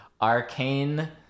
Arcane